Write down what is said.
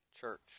church